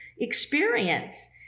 experience